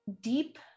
deep